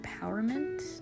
empowerment